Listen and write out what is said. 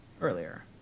earlier